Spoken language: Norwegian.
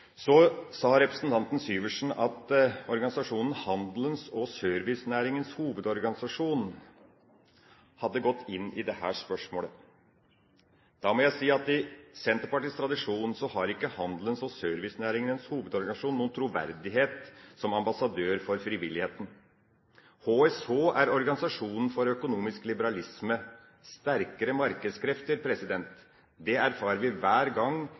Så sa representanten Syversen at organisasjonen HSH hadde gått inn i dette spørsmålet. Da må jeg si at i Senterpartiets tradisjon har ikke HSH noen troverdighet som ambassadør for frivilligheten. HSH er organisasjonen for økonomisk liberalisme og sterkere markedskrefter. Det erfarer vi hver gang